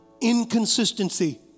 inconsistency